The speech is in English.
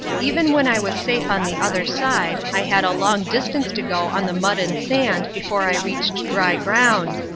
even when i was safe on the other side i had a long distance to go on the mud and sand before i reached dry ground,